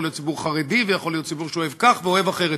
להיות ציבור חרדי ויכול להיות ציבור שאוהב כך ואוהב אחרת,